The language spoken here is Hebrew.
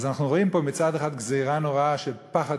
אז רואים פה מצד אחד גזירה נוראה של פחד